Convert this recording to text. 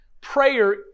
Prayer